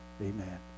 amen